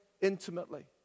intimately